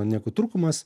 negu trūkumas